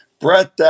Brett